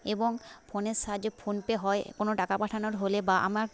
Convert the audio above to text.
এবং ফোনের সাহায্যে ফোনপে হয় কোনো টাকা পাঠানোর হলে বা আমার